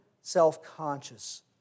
self-conscious